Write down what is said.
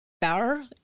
Bauer